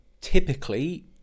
typically